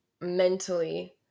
mentally